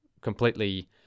completely